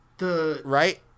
right